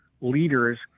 leaders